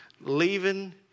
leaving